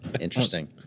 Interesting